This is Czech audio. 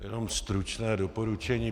Jenom stručné doporučení.